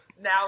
Now